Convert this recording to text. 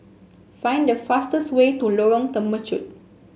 find the fastest way to Lorong Temechut